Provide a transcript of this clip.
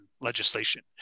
legislation